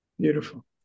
Beautiful